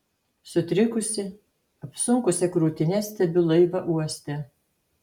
sutrikusi apsunkusia krūtine stebiu laivą uoste